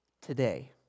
today